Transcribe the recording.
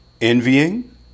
Envying